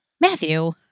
Matthew